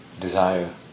desire